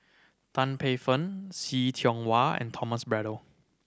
Tan Paey Fern See Tiong Wah and Thomas Braddell